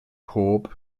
pob